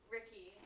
Ricky